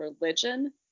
religion